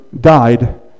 died